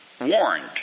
warned